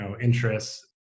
interests